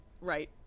right